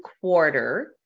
quarter